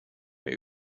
mehr